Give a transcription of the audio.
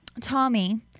Tommy